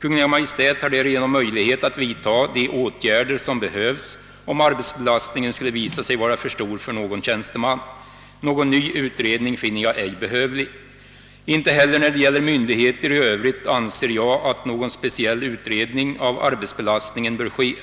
Kungl. Maj:t har därigenom möjlighet att vidta de åtgärder som behövs om arbetsbelastningen skulle visa sig vara för stor för någon tjänsteman. Någon ny utredning finner jag ej behövlig. Inte heller när det gäller myndigheter i övrigt anser jag att någon speciell utredning om arbetsbelastningen bör ske.